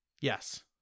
Yes